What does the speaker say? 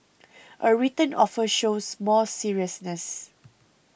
a written offer shows more seriousness